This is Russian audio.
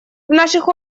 наших